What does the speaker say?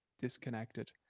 disconnected